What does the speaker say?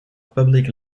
public